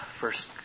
first